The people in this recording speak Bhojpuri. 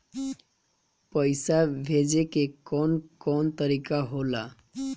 पइसा भेजे के कौन कोन तरीका होला?